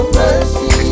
mercy